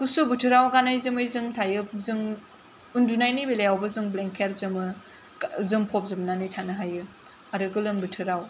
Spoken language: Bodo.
गुसु बोथोराव गानै जोमै जों थायो जों उन्दुनायनि बेलायावबो जों ब्लेंकेट जोमो जोमफब जोबनानै थानो हायो आरो गोलोम बोथोराव